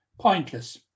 pointless